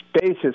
basis